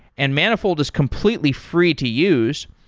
and manifold is completely free to use.